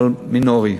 אבל מינוריים.